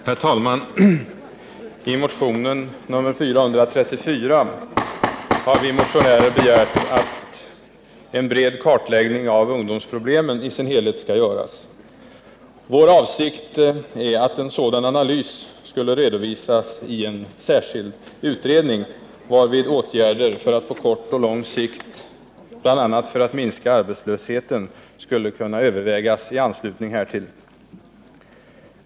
Herr talman! I motionen 434 har vi motionärer begärt att en bred kartläggning av ungdomsproblemen som helhet skall göras. Vår avsikt var att en sådan analys skulle redovisas i en särskild utredning, varvid åtgärder för att på kort och lång sikt bl.a. minska ungdomsarbetslösheten skulle övervägas i anslutning härtill.